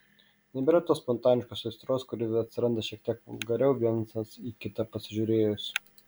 nebėra tos spontaniškos aistros kuri atsiranda šiek tiek vulgariau vienas į kitą pasižiūrėjus